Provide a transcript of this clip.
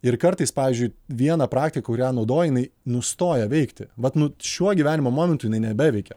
ir kartais pavyzdžiui viena praktika kurią naudoji jinai nustoja veikti vat nu šiuo gyvenimo momentu jinai nebeveikia